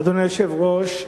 אדוני היושב-ראש,